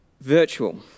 Virtual